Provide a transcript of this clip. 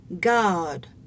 God